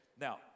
now